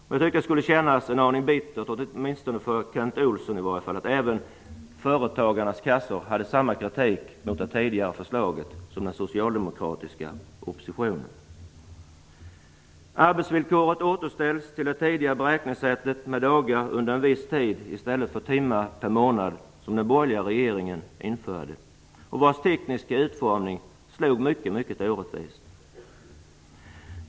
Det tycker jag skulle kännas en aning bittert, åtminstone för Kent Olsson, att även företagarnas kassor hade samma kritik mot det tidigare förslaget som den socialdemokratiska oppositionen. Arbetsvillkoret återställs till det tidigare beräkningssättet med dagar under en viss tid i stället för timmer per månad, som den borgerliga regeringen införde och vars tekniska utformning slog mycket orättvist.